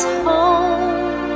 home